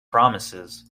promises